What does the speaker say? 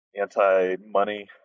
anti-money